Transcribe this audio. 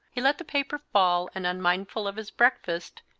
he let the paper fall and, unmindful of his breakfast,